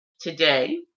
today